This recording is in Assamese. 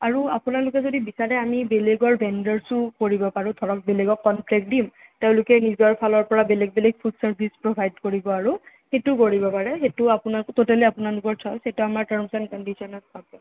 আৰু আপোনালোকে যদি বিচাৰে আমি বেলেগৰ ভেনডৰছো কৰিব পাৰোঁ ধৰক বেলেগকক কন্ট্ৰেক্ট দিম তেওঁলোকে নিজৰ ফালৰ পৰা বেলেগ বেলেগ ফুড চাৰ্ভিছ প্ৰভাইড কৰিব আৰু সেইটোও কৰিব পাৰে সেইটো আপোনালোক ট'টেলি আপোনালোকৰ চাৰ্ছ সেইটো আমাৰ টাৰ্মছ এণ্ড কণ্ডিছ্য়নত পাব